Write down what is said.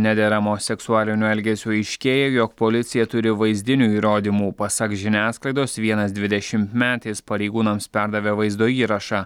nederamo seksualinio elgesio aiškėja jog policija turi vaizdinių įrodymų pasak žiniasklaidos vienas dvidešimtmetis pareigūnams perdavė vaizdo įrašą